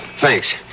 Thanks